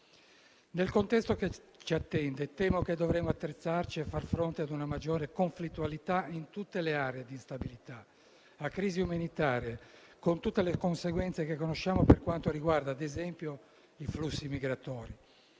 Nel contesto che ci attende, temo dovremo attrezzarci a far fronte ad una maggior conflittualità in tutte le aree d'instabilità e a una crisi umanitaria, con tutte le conseguenze che conosciamo, per quanto riguarda ad esempio i flussi migratori.